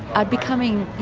i'd be coming, yeah,